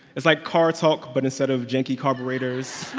it's like car talk, but instead of janky carburetors.